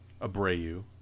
Abreu